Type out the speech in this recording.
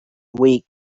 week